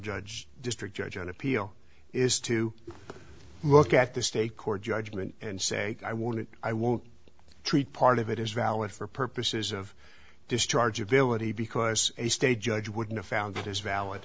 judge district judge on appeal is to look at the state court judgment and say i want it i won't treat part of it is valid for purposes of discharge ability because a state judge wouldn't found it is valid